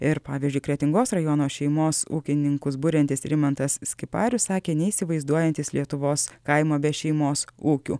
ir pavyzdžiui kretingos rajono šeimos ūkininkus buriantis rimantas skiparius sakė neįsivaizduojantis lietuvos kaimo be šeimos ūkių